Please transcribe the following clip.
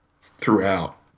throughout